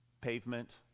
Pavement